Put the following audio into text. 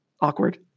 Awkward